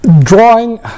Drawing